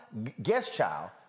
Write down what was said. Guestchild